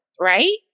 right